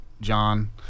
John